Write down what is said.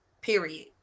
period